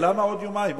למה אותם יומיים?